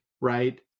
right